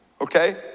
okay